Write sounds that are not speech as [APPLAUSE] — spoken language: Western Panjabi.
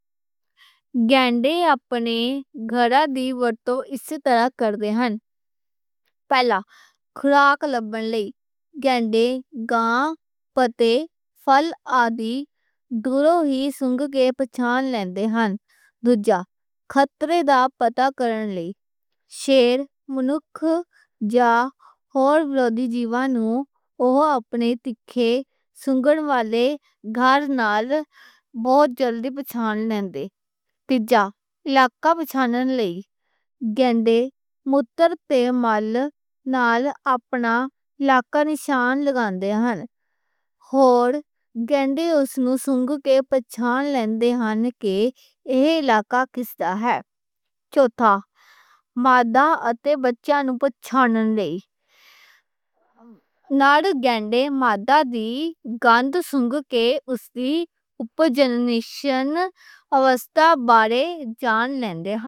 گینڈے اپنی سونگ دی ورتوں اس طرح کر دے ہن۔ پہلا، خوراک لبھن لئی، گینڈے گھاس، پتے، پھل آدی دوروں ہی سونگ کے پچان لیندے ہن۔ دوجا، خطرے دا پتہ کرن لئی، شیر، منک جا اور برودھی جیو آں اوہ اپنی تیکھی سونگھن والی حس نال [HESITATION] بہت جلدی پچان لیندے ہن۔ تیجا، علاقہ پچانن لئی، گینڈے متّر تے مال نال اپنا علاقہ نشان لاؤن دے ہن۔ تے گینڈے اوس نوں سونگ کے پچان لیندے ہن کہ ایہ علاقہ کس دا ہے۔ چوٹھا، مادہ تے بچّے نوں لئی، [HESITATION] نال گینڈے مادہ دی گند سونگ کے اوہدی اپجنی اوستھا بارے جان لیندے ہن۔